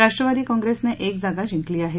राष्ट्रवादी काँप्रेसनं एक जागा जिंकली आहे